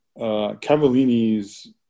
Cavallini's